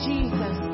Jesus